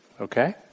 Okay